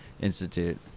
Institute